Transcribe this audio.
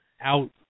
Out